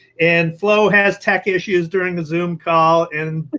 and flo has tech issues during the zoom call and